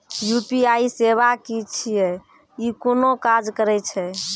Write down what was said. UPI सेवा की छियै? ई कूना काज करै छै?